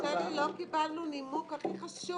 אבל, שלי, לא קיבלנו את הנימוק הכי חשוב.